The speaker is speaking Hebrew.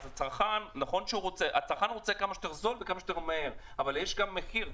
הצרכן רוצה כמה שיותר זול וכמה שיותר מהר אבל יש גם מחיר.